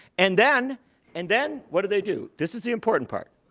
and then and then what do they do? this is the important part.